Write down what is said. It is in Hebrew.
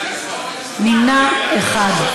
נמנע אחד.